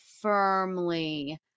firmly